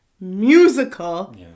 musical